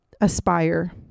aspire